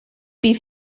bydd